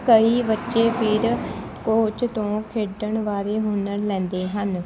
ਕਈ ਬੱਚੇ ਫਿਰ ਕੋਚ ਤੋਂ ਖੇਡਣ ਬਾਰੇ ਹੁਨਰ ਲੈਂਦੇ ਹਨ